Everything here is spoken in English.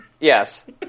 Yes